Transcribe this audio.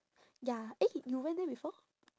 ya eh you went there before